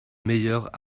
meilleurs